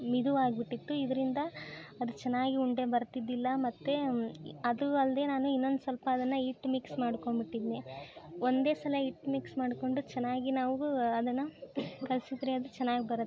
ಮಿದು ಆಗಿಬಿಟ್ಟಿತ್ತು ಇದರಿಂದ ಅದು ಚೆನ್ನಾಗಿ ಉಂಡೆ ಬರ್ತಿದ್ದಿಲ್ಲ ಮತ್ತು ಅದೂ ಅಲ್ಲದೆ ನಾನು ಇನ್ನೊಂದು ಸ್ವಲ್ಪ ಅದನ್ನು ಹಿಟ್ ಮಿಕ್ಸ್ ಮಾಡ್ಕೊಂಡ್ಬಿಟ್ಟಿದ್ನ್ಯೆ ಒಂದೇ ಸಲ ಹಿಟ್ ಮಿಕ್ಸ್ ಮಾಡಿಕೊಂಡು ಚೆನ್ನಾಗಿ ನಾವು ಅದನ್ನ ಕಲಿಸಿದ್ರೆ ಅದು ಚೆನ್ನಾಗಿ ಬರತ್ತೆ